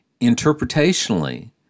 interpretationally